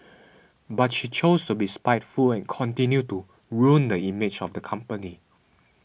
but she chose to be spiteful and continue to ruin the image of the company